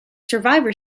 survivor